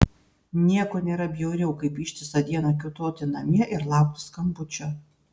nieko nėra bjauriau kaip ištisą dieną kiūtoti namie ir laukti skambučio